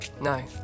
No